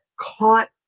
caught